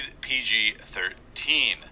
PG-13